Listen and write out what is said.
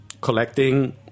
collecting